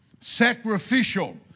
Sacrificial